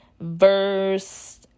verse